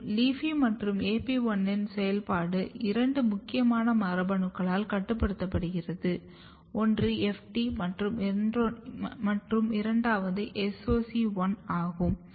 மேலும் LEAFY1 மற்றும் AP1 இன் செயல்பாடு இரண்டு முக்கியமான மரபணுக்களால் கட்டுப்படுத்தப்படுகிறது ஒன்று FT மற்றும் இரண்டாவது SOC1 ஆகும்